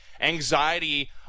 anxiety